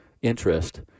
interest